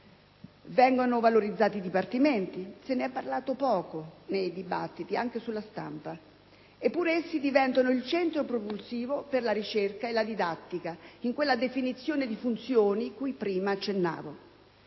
Vengono valorizzati i dipartimenti; se ne è parlato poco nei dibattiti, anche sulla stampa, eppure essi diventano il centro propulsivo per la ricerca e la didattica, in quella definizione di funzioni cui prima accennavo.